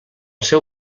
seu